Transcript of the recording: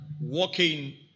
walking